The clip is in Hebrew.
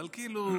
אבל כאילו